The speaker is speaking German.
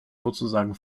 sozusagen